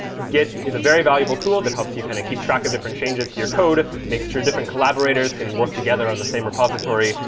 git is a very valuable tool that helps you kind of keep track of different changes your code, makes sure different collaborators can work together on the same repository,